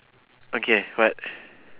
okay what